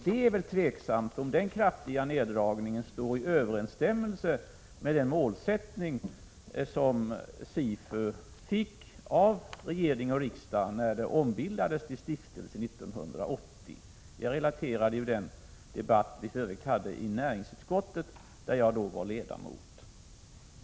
Det är väl tveksamt om den kraftiga neddragningen står i överensstämmelse med den målsättning som SIFU tilldelades av regering och riksdag, när SIFU ombildades till stiftelse 1980. Jag relaterade i mitt tidigare inlägg den debatt som vi vid det tillfället hade i näringsutskottet, där jag då var ledamot.